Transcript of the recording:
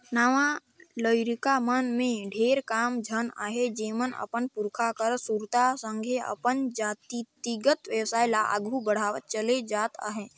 नावा लरिका मन में ढेरे कम झन अहें जेमन अपन पुरखा कर सुरता संघे अपन जातिगत बेवसाय ल आघु बढ़ावत चले जात अहें